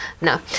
No